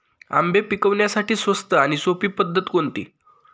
आंबे पिकवण्यासाठी स्वस्त आणि सोपी पद्धत कोणती?